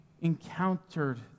encountered